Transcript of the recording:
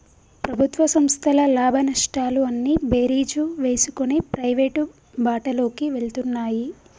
ప్రభుత్వ సంస్థల లాభనష్టాలు అన్నీ బేరీజు వేసుకొని ప్రైవేటు బాటలోకి వెళ్తున్నాయి